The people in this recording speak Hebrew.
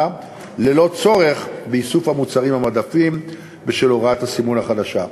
ללא צורך באיסוף המוצרים מהמדפים בשל הוראת הסימון החדשה.